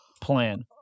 plan